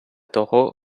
того